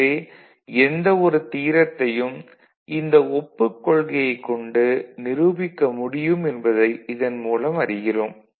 எனவே எந்த ஒரு தியரத்தையும் இந்த ஒப்புக் கொள்கையைக் கொண்டு நிரூபிக்க முடியும் என்பதை இதன் மூலம் அறிகிறோம்